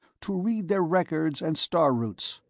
to read their records and star routes.